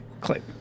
click